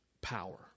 power